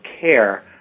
care